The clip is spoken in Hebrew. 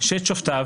שאת שופטיו,